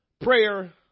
Prayer